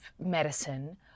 medicine